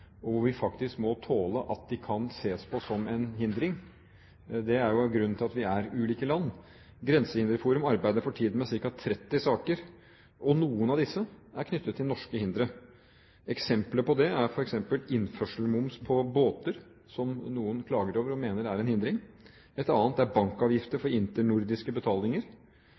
jo grunnen til at vi er ulike land. Grensehinderforum arbeider for tiden med ca. 30 saker, og noen av disse er knyttet til norske hindre. Eksempel på det er innførselsmoms på båter, som noen klager over og mener er en hindring. Et annet er bankavgifter for internordiske betalinger.